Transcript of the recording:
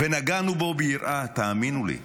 נגענו בו ביראה, תאמינו לי,